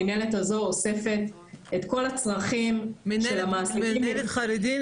המנהלת הזו אוספת את כל הצרכים של המעסיקים --- מנהלת חרדים,